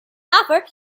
offer